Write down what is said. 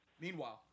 Meanwhile